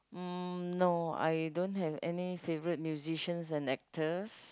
mm no I don't have any favourite musicians and actors